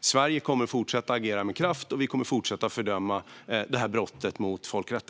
Sverige kommer att fortsätta att agera med kraft, och vi kommer att fortsätta att fördöma detta brott mot folkrätten.